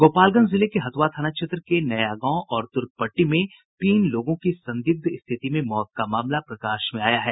गोपालगंज जिले के हथ्रआ थाना क्षेत्र के नयागांव और तुर्कपट्टी में तीन लोगों की संदिग्ध स्थिति में मौत का मामला प्रकाश में आया है